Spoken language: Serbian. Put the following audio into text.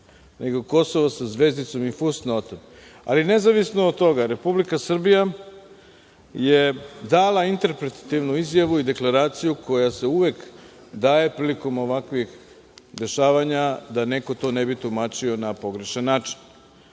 nego Kosovo sa zvezdicom i fusnotom. Nezavisno od toga, Republika Srbija je dala interpretativna izjavu i deklaraciju koja se uvek daje prilikom ovakvih dešavanja da neko ne bi to tumačio na pogrešan